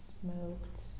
smoked